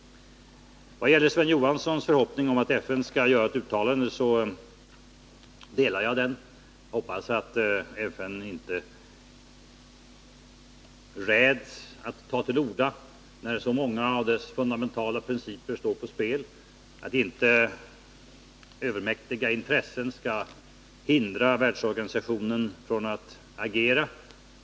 Jag delar Sven Johanssons förhoppning om att FN skall göra ett uttalande. Jag hoppas att FN inte räds att ta till orda, när så många av dess fundamentala principer står på spel, och att inte övermäktiga intressen skall hindra världsorganisationen från att agera.